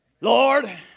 Lord